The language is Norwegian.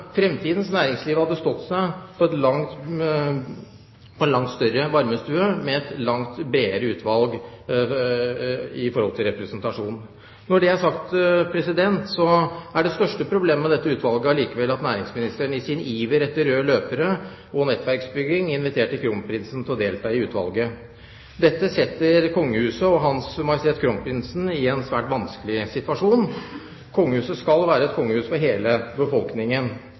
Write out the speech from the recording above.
fremtidens næringsliv hadde stått seg på en langt større varmestue med et langt bredere utvalg i forhold til representasjon. Når det er sagt, er det største problemet med dette utvalget allikevel at næringsminister Trond Giske i sin iver etter røde løpere og nettverksbygging inviterte kronprinsen til å delta i utvalget. Dette setter kongehuset og Hans Majestet Kronprinsen i en svært vanskelig situasjon. Kongehuset skal være et kongehus for hele befolkningen.